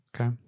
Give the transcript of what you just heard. Okay